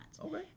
okay